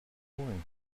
coin